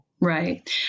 Right